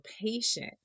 patient